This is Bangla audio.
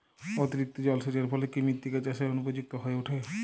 অতিরিক্ত জলসেচের ফলে কি মৃত্তিকা চাষের অনুপযুক্ত হয়ে ওঠে?